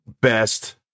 best